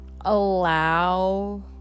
allow